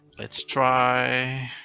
let's try.